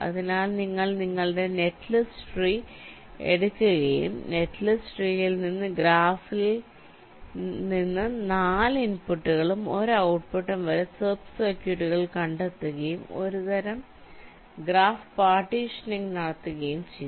അതിനാൽ നിങ്ങൾ നിങ്ങളുടെ നെറ്റ്ലിസ്റ്റ് ട്രീ എടുക്കുകയും നെറ്റ്ലിസ്റ്റ് ട്രീയിൽ നിന്ന് ഗ്രാഫിൽ നിന്ന് 4 ഇൻപുട്ടുകളും 1 ഔട്ട്പുട്ടും വരെ സബ് സർക്യൂട്ടുകൾ കണ്ടെത്തുകയും ഒരുതരം ഗ്രാഫ് പാർട്ടീഷനിംഗ് നടത്തുകയും ചെയ്യുന്നു